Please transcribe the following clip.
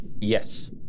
Yes